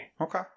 Okay